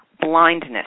blindness